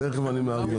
תכף אני מארגן.